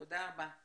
תודה רבה.